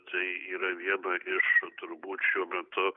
tai yra viena iš turbūt šiuo metu